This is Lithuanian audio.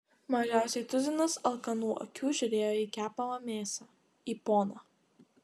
mažiausiai tuzinas alkanų akių žiūrėjo į kepamą mėsą į poną